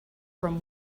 from